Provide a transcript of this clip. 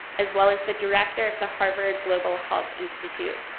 as well as the director of the harvard global health institute.